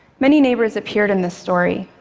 many neighbors appeared in this story.